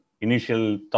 initial